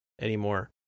anymore